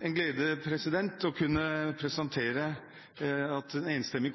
en glede å kunne presentere det at en enstemmig